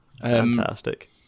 Fantastic